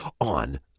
on